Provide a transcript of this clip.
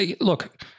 look